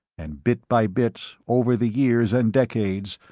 and bit by bit, over the years and decades,